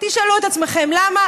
תשאלו את עצמכם למה,